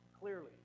clearly